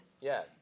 Yes